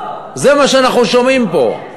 זה מה שאנחנו שומעים פה.